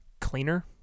cleaner